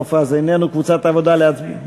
קבוצת העבודה, להצביע?